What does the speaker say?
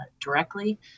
directly